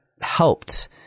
helped